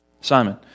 Simon